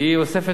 יש כאלה.